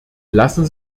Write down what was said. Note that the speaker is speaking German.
lassen